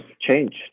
changed